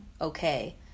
okay